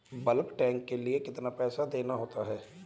Bulk tank के लिए कितना पैसा देना होता है?